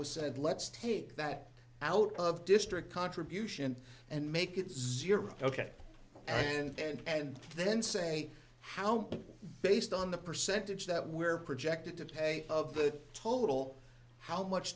was said let's take that out of district contribution and make it zero ok and then say how based on the percentage that we're projected to pay of the total how much